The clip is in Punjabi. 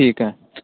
ਠੀਕ ਹੈ